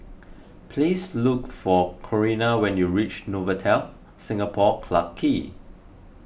please look for Corinna when you reach Novotel Singapore Clarke Quay